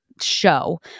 show